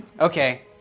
okay